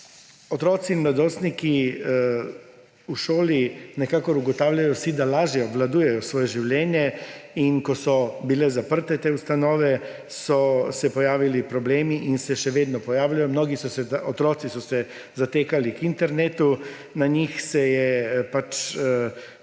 Otroci in mladostniki v šoli, nekako vsi ugotavljajo, lažje obvladujejo svoje življenje in ko so bile te ustanove zaprte, so se pojavili problemi in se še vedno pojavljajo, otroci so se zatekali k internetu. Na njih se je …